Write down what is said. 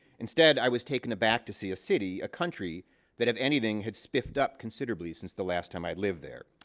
instead, i was taken aback to see a city, a country that, if anything, had spiffed up considerably since the last time i had lived there.